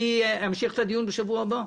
אמשיך את הדיון בשבוע הבא.